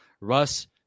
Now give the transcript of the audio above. Russ